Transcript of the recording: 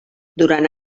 durant